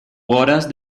horas